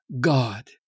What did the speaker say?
God